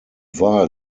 wahl